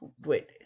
wait